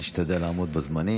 להשתדל לעמוד בזמנים.